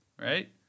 right